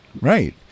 Right